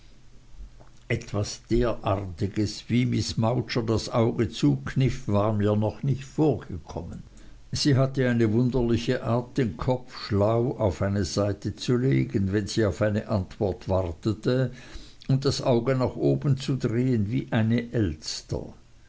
etwas derartiges wie miß mowcher das auge zukniff war mir noch nicht vorgekommen sie hatte eine wunderliche art den kopf schlau auf eine seite zu legen wenn sie auf eine antwort wartete und das auge nach oben zu drehen wie eine elster